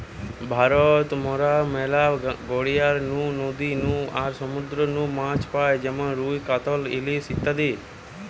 ভারত মরা ম্যালা গড়িয়ার নু, নদী নু আর সমুদ্র নু মাছ পাই যেমন রুই, কাতলা, ইলিশ ইত্যাদি